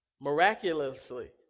Miraculously